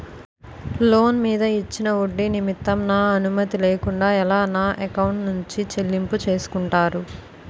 Loan మీద ఇచ్చిన ఒడ్డి నిమిత్తం నా అనుమతి లేకుండా ఎలా నా ఎకౌంట్ నుంచి చెల్లింపు చేసుకుంటారు?